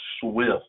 swift